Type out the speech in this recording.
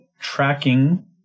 tracking